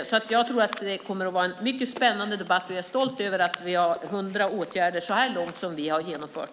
Jag tror att det kommer att bli en mycket spännande debatt, och jag är stolt över att vi har vidtagit hundra åtgärder så här långt.